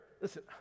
listen